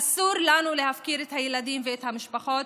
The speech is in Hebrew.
אסור לנו להפקיר את הילדים ואת המשפחות.